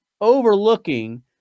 overlooking